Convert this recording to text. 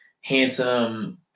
handsome